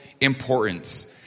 importance